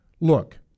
Look